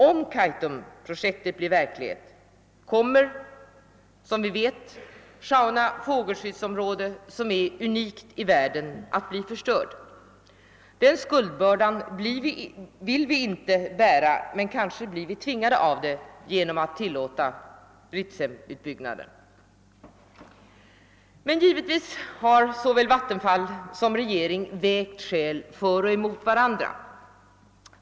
Om Kaitumprojektet blir verklighet kommer, som vi vet, Sjaunja fågelskyddsområde, som är unikt i världen, att bli förstört. Den skuldbördan vill vi inte bära, men kanske blir vi tvingade till det genom att tillåta Ritsemutbyggnaden. Givetvis har såväl Vattenfall som regeringen vägt skäl för och emot varandra.